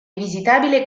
visitabile